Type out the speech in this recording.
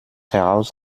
heraus